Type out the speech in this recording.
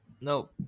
no